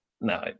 No